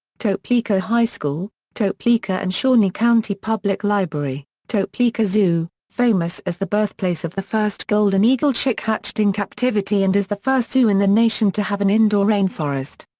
topeka high school topeka and shawnee county public library topeka zoo, zoo, famous as the birthplace of the first golden eagle chick hatched in captivity and as the first zoo in the nation to have an indoor rain forest.